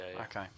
okay